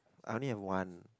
I only have one